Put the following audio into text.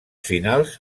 finals